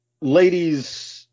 Ladies